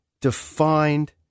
defined